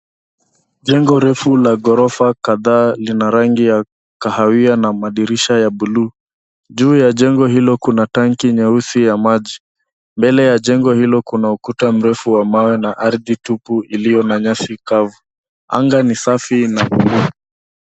Jengo refu la ghorofa kadhaa lina rangi ya kahawia na madirisha ya buluu. Juu ya jengo hilo kuna tanki nyeusi ya maji. Mbele ya jengo hilo kuna ukuta mrefu wa mawe na ardhi tupu iliyo na nyasi kavu. Anga ni safi na buluu.